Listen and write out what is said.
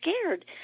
scared